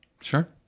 Sure